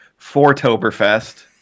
Fortoberfest